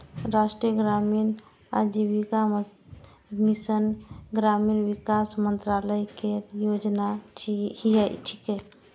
राष्ट्रीय ग्रामीण आजीविका मिशन ग्रामीण विकास मंत्रालय केर योजना छियै